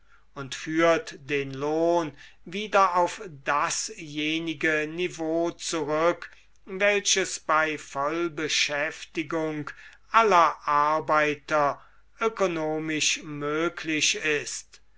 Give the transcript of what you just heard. und führt den lohn wieder auf dasjenige niveau zurück welches bei vollbeschäftigung aller arbeiter ökonomisch möglich ist